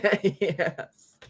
yes